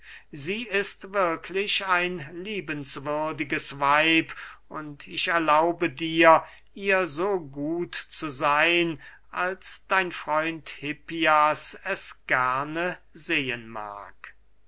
sie ist wirklich ein liebenswürdiges weib und ich erlaube dir ihr so gut zu seyn als dein freund hippias es gerne sehen mag